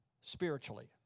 spiritually